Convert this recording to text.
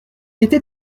était